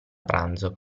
pranzo